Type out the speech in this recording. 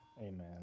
Amen